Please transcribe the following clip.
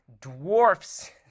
dwarfs